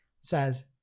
says